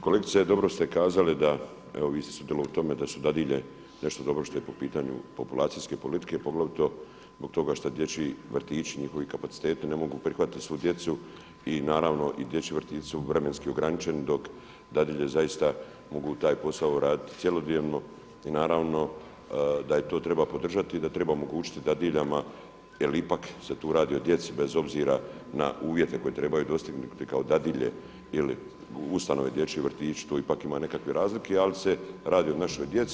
Kolegice dobro ste kazali da evo vi ste sudjelovali u tome da su dadilje nešto dobro što je po pitanju populacijske politike poglavito zbog toga što dječji vrtići njihovi kapaciteti ne mogu prihvatiti svu djecu i naravno i dječji vrtići su vremenski ograničeni dok dadilje zaista mogu taj posao raditi cjelodnevno i naravno da to treba podržati i da treba omogućiti dadiljama jel ipak se tu radi o djeci bez obzira na uvjete koje trebaju dostignuti kao dadilje ili ustanove dječji vrtići tu ipak ima nekakve razlike ali se radi o našoj djeci.